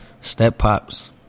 step-pops